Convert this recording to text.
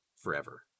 forever